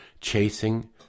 chasing